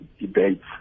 debates